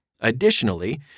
Additionally